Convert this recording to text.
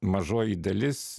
mažoji dalis